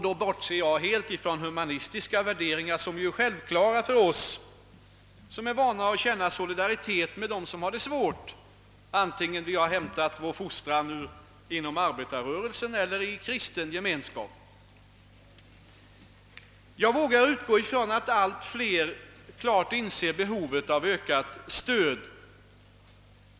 Då bortser jag helt från humanistiska värderingar, som är självklara för oss som är vana att känna solidaritet med dem som har det svårt, vare sig vi har hämtat vår fostran inom arbetarrörelsen eller i kristen gemenskap. Allt fler inser alltså behovet av ökat u-landsstöd.